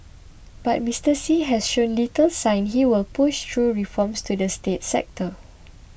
but Mister Xi has shown little sign he will push through reforms to the state sector